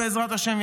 בעזרת השם,